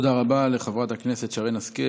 תודה רבה לחברת הכנסת שרן השכל.